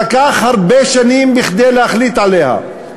רפורמה שלקח הרבה שנים להחליט עליה.